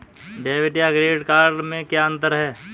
Debit या credit card में क्या अन्तर है?